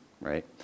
Right